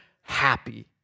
happy